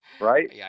Right